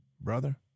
brother